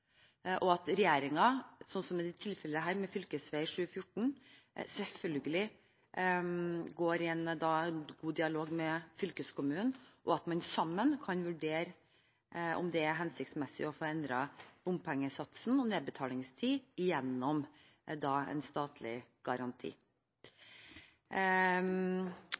og at regjeringen, sånn som i dette tilfellet med fv. 714, selvfølgelig går i en god dialog med fylkeskommunen, og at man sammen kan vurdere om det er hensiktsmessig å få endret bompengesatsen og nedbetalingstid gjennom en statlig garanti.